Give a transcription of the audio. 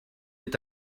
est